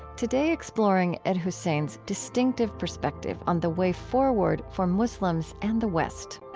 today exploring ed husain's distinctive perspective on the way forward for muslims and the west.